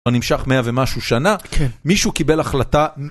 אבל נמשך מאה ומשהו שנה, מישהו קיבל החלטה.